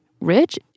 rich